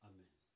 Amen